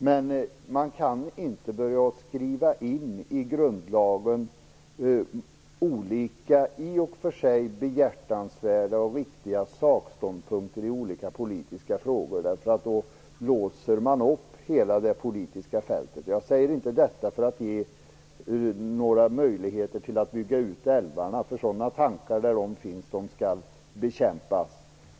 Men man kan inte börja skriva in olika i och för sig behjärtansvärda och riktiga sakståndpunkter i olika politiska frågor i grundlagen. Då låser man nämligen upp hela det politiska fältet. Jag säger inte detta för att ge några möjligheter till en utbyggnad av älvarna. Sådana tankar skall bekämpas när de dyker upp.